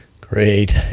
great